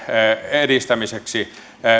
edistämiseksi